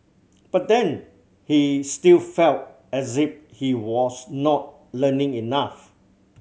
but then he still felt as if he was not learning enough